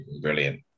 brilliant